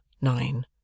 nine